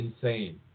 insane